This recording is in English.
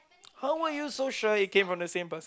how are you so sure it came from the same person